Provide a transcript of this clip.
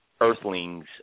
earthlings